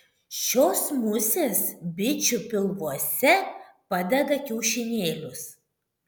šios musės bičių pilvuose padeda kiaušinėlius